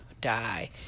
die